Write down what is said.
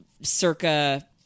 Circa